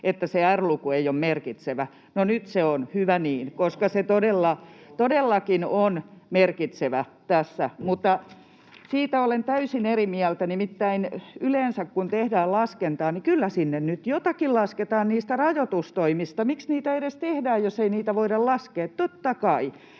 että se R-luku ei ole merkitsevä. No, nyt se on, hyvä niin, koska se todellakin on merkitsevä tässä. Mutta tästä olen täysin eri mieltä, että nimittäin kyllä yleensä, kun tehdään laskentaa, sinne nyt jotakin lasketaan niistä rajoitustoimista. Miksi niitä edes tehdään, jos ei niitä voida laskea? Totta kai!